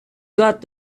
got